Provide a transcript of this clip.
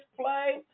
play